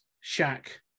shack